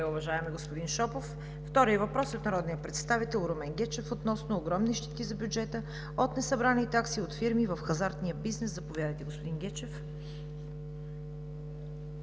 уважаеми господин Шопов. Вторият въпрос е от народния представител Румен Гечев относно огромни щети за бюджета от несъбрани такси от фирми в хазартния бизнес. Заповядайте, господин Гечев.